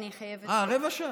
אני חייבת, אה, רבע שעה.